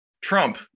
Trump